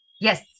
yes